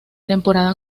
temporada